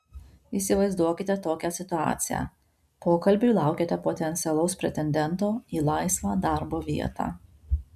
įsivaizduokite tokią situaciją pokalbiui laukiate potencialaus pretendento į laisvą darbo vietą